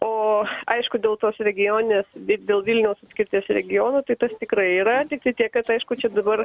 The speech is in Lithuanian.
o aišku dėl tos regioninės dėl vilniaus apskrities regiono tai tas tikrai yra tiktai tiek kad aišku čia dabar